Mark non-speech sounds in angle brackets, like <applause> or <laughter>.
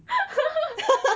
<laughs>